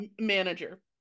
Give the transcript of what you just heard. Manager